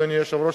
אדוני היושב-ראש,